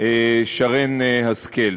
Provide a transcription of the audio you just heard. שרן השכל.